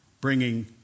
bringing